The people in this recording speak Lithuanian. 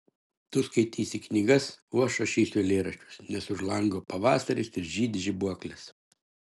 tu skaitysi knygas o aš rašysiu eilėraščius nes už lango pavasaris ir žydi žibuoklės